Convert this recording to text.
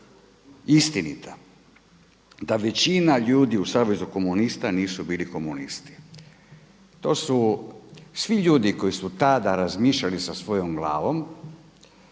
istinita, da većina ljudi u Savezu komunista nisu bili komunisti. To su svi ljudi koji su tada razmišljali sa svojom glavom